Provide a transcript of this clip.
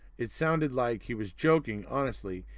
it sounded like he was joking honestly,